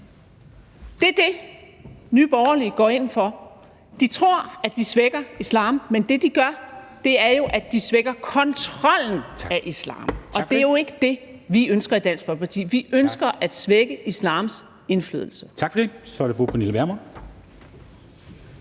Det er det, Nye Borgerlige går ind for. De tror, at de svækker islam, men det, de gør, er jo, at de svækker kontrollen af islam, og det er jo ikke det, vi ønsker i Dansk Folkeparti. Vi ønsker at svække islams indflydelse.